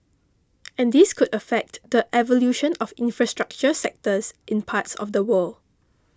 and this could affect the evolution of infrastructure sectors in parts of the world